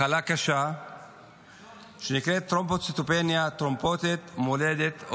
מחלה קשה שנקראת תרומבוציטופניה טרומבוטית מולדת,